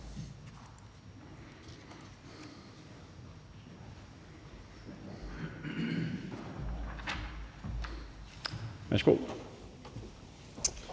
er så godt